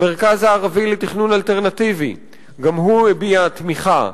המרכז הערבי לתכנון אלטרנטיבי גם הוא הביע תמיכה,